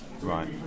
Right